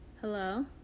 Hello